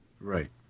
Right